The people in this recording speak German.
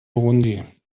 burundi